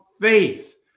faith